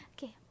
Okay